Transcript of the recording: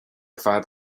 fad